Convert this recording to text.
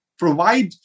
provide